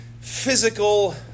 physical